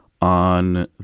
on